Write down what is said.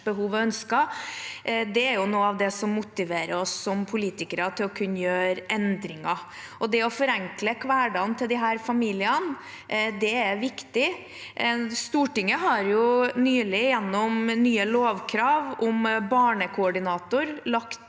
behov og ønsker, er noe av det som motiverer oss som politikere til å gjøre endringer. Det å forenkle hverdagen til disse familiene er viktig. Gjennom nye lovkrav om barnekoordinator har